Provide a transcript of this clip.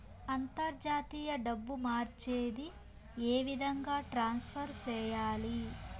అంతర్జాతీయ డబ్బు మార్చేది? ఏ విధంగా ట్రాన్స్ఫర్ సేయాలి?